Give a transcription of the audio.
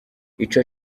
ico